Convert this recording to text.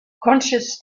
conscience